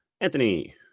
Anthony